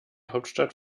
hauptstadt